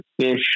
fish